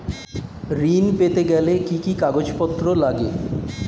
ঋণ পেতে গেলে কি কি কাগজপত্র লাগে?